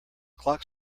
clock